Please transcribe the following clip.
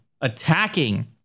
attacking